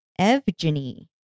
Evgeny